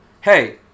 hey